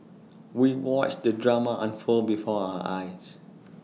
we watched the drama unfold before our eyes